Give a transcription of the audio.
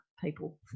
people